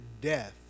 death